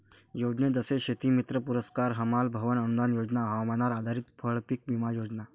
योजने जसे शेतीमित्र पुरस्कार, हमाल भवन अनूदान योजना, हवामानावर आधारित फळपीक विमा योजना